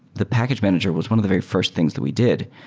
the package manager was one of the very first things that we did.